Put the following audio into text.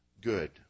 good